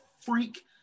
freak